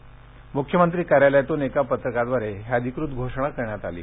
म्ख्यमंत्री कार्यालयातून एका पत्रकादवारे ही अधिकृत घोषणा करण्यात आली आहे